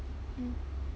mm